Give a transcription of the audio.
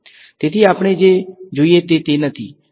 તેથી આપણે જે જોઈએ તે નથી